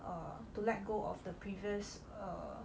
err to let go of the previous err